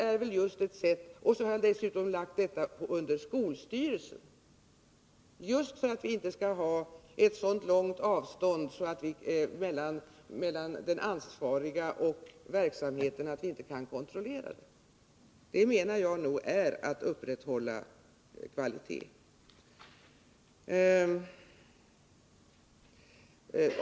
Och dessutom har jag lagt detta under skolstyrelserna, just för att vi inte skall ha ett så långt avstånd mellan de ansvariga och verksamheten att vi inte kan kontrollera det hela. Det menar jag är att upprätthålla kvaliteten.